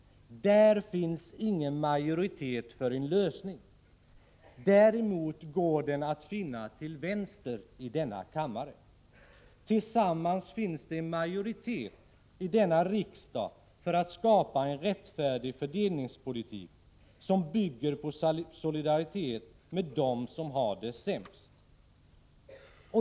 Där finns ingen majoritet för en lösning. Däremot går den att finna till vänster i denna kammare. Tillsammans finns det en majoritet i denna riksdag för att skapa en rättfärdig fördelningspolitik, som bygger på solidaritet med dem som har det sämst.